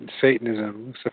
Satanism